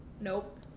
Nope